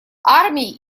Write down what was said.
армии